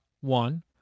one